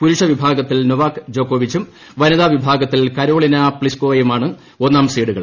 പുരുഷവിഭാഗത്തിൽ Novak ജോക്കോവിച്ചും വനിതാവിഭാഗത്തിൽ Karolina പ്ലിസ് കോവയുമാണ് ഒന്നാം സീഡുകൾ